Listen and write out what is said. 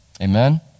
Amen